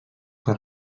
que